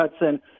Hudson